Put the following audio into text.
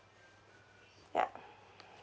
ya